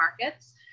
markets